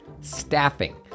Staffing